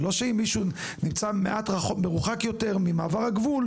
זה לא שאם מישהו נמצא מרוחק יותר ממעבר הגבול,